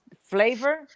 flavor